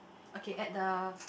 okay at the